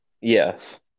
yes